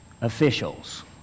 officials